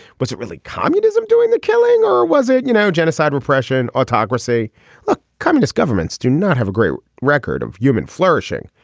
was it really communism doing the killing or was it you know genocide repression autocracy communist governments do not have a great record of human flourishing.